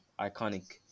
iconic